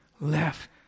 left